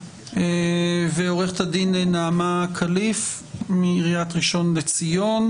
ועורכת הדין נעמה כליף מעיריית ראשון לציון.